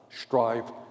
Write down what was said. strive